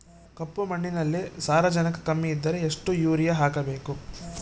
ಕಪ್ಪು ಮಣ್ಣಿನಲ್ಲಿ ಸಾರಜನಕ ಕಮ್ಮಿ ಇದ್ದರೆ ಎಷ್ಟು ಯೂರಿಯಾ ಹಾಕಬೇಕು?